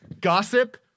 gossip